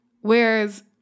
Whereas